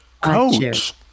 coach